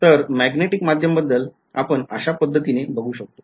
तर मॅग्नेटिक माध्यम बद्दल आपण अशा पद्धतीने बघू शकतो